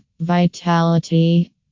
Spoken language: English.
vitality